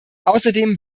außerdem